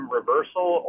reversal